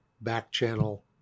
back-channel